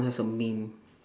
that's a meme